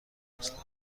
اصلاح